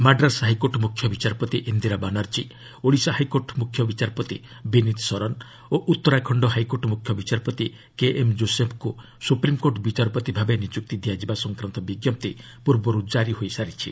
Madras high court ମୁଖ୍ୟ ବିଚାରପତି Indira Banerjee Odisha high court ମୁଖ୍ୟ ବିଚାରପତି ବିନିତ ଶରନ୍ ଓ ଉତ୍ତରାଖଣ୍ଡ ହାଇକୋର୍ଟ ମୁଖ୍ୟ ବିଚାରପତି କେଏମ୍ ଜୋସେଫ୍ଙ୍କୁ ସୁପ୍ରିମ୍କୋର୍ଟ ବିଚାରପତି ଭାବେ ନିଯୁକ୍ତି ଦିଆଯିବା ସଂକ୍ରାନ୍ତ ବିଜ୍ଞପ୍ତି ପୂର୍ବରୁ ଜାରି ହୋଇସାରିଛି